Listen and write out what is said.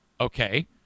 Okay